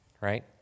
right